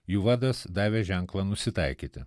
jų vadas davė ženklą nusitaikyti